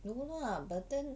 no lah but then